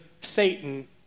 Satan